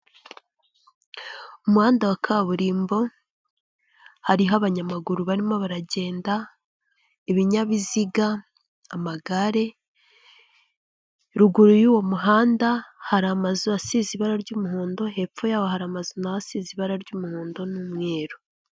Umuhanda wa kaburimbo hariho abanyamaguru barimo baragenda, ibinyabiziga, amagare, ruguru y'uwo muhanda hari amazu asize ibara ry'umuhondo, hepfo yaho hari amazu naho asize ibara ry'umuhondo n'umweru.